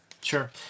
sure